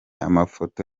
amafoto